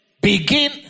Begin